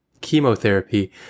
chemotherapy